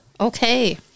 Okay